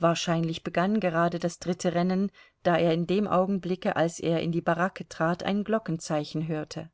wahrscheinlich begann gerade das dritte rennen da er in dem augenblicke als er in die baracke trat ein glockenzeichen hörte